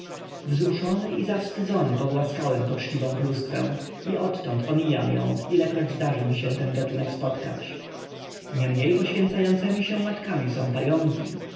wzruszony i zawstydzony pogłaskałem poczciwą pluskwę i odtąd omijam ją ilekroć zdarzy mi się ten gatunek spotkać niemniej poświęcającemi się matkami są pająki